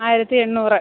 ആയിരത്തി എണ്ണൂറ്